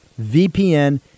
VPN